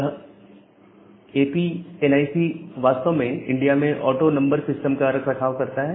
यह ऐपीएनआईसी वास्तव में इंडिया में ऑटो नंबर सिस्टम का रखरखाव करता है